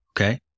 okay